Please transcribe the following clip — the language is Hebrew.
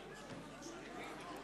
נתקבל.